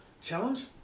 Challenge